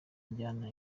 injyana